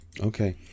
Okay